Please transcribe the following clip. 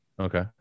Okay